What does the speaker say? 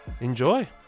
enjoy